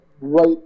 right